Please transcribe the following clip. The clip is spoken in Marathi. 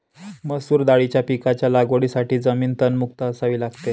मसूर दाळीच्या पिकाच्या लागवडीसाठी जमीन तणमुक्त असावी लागते